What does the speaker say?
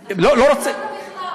האג'נדה, לא רוצה, חברת הכנסת ברקו.